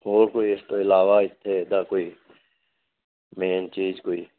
ਹੋਰ ਕੋਈ ਇਸ ਤੋਂ ਇਲਾਵਾ ਇੱਥੇ ਦਾ ਕੋਈ ਮੇਨ ਚੀਜ਼ ਕੋਈ